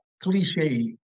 cliche